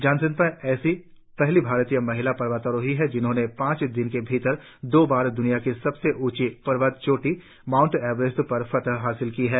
जमसेंपा ऐसी पहली भारतीय महिला पर्वतारोही है जिन्होंने पांच दिनों के भीतर दो बार द्वनिया की सबसे ऊंची पर्वत चोटी माउंट एवरेस्ट पर फतह हासिल की है